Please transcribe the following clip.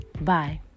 Bye